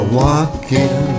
walking